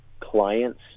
clients